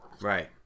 Right